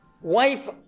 wife